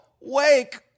wake